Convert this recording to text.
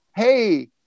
hey